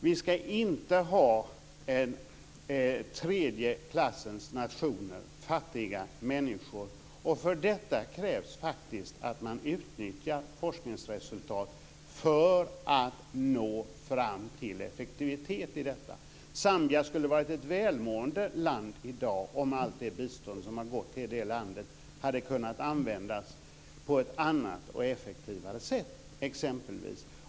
Vi ska inte ha en tredje klassens nationer med fattiga människor. Och för detta krävs faktiskt att man utnyttjar forskningsresultat för att nå fram till effektivitet i detta. Zambia skulle ha varit ett välmående land i dag om allt det bistånd som har gått till det landet hade kunnat användas på ett annat och effektivare sätt, exempelvis.